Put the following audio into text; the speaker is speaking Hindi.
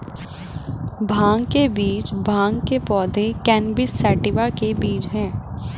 भांग के बीज भांग के पौधे, कैनबिस सैटिवा के बीज हैं